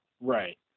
Right